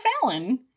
Fallon